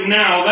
now